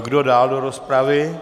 Kdo dál do rozpravy?